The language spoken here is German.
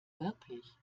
wirklich